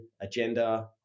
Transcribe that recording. agenda